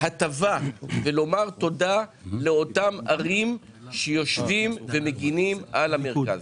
הטבה ולומר תודה לאותן ערים שיושבות ומגינות על המרכז.